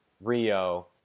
Rio